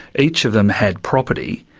each of them had property,